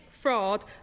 fraud